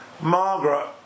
Margaret